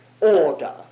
order